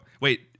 Wait